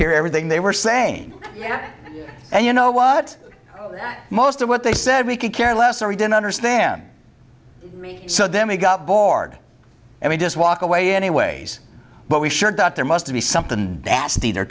hear everything they were saying and you know what most of what they said we could care less or we didn't understand so then we got bored and we just walk away anyways but we sure got there must be something nasty they're